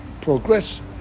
progress